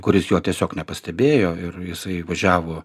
kuris jo tiesiog nepastebėjo ir jisai važiavo